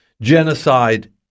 genocide